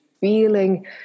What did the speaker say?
feeling